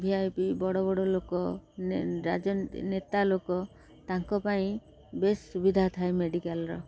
V I P ବଡ଼ ବଡ଼ ଲୋକ ରାଜନେତା ଲୋକ ତାଙ୍କ ପାଇଁ ବେଶ ସୁବିଧା ଥାଏ ମେଡ଼ିକାଲର